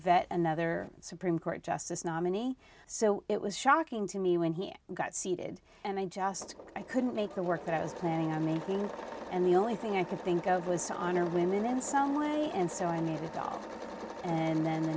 vet another supreme court justice nominee so it was shocking to me when he got seated and i just i couldn't make the work that i was planning on me going and the only thing i could think of was on are women in some way and so i knew it all and then the